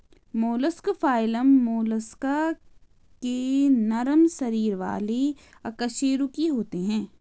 mollusc phylum Mollusca के नरम शरीर वाले अकशेरुकी होते हैं